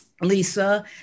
lisa